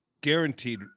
guaranteed